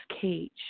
cage